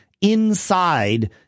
inside